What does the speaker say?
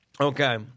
Okay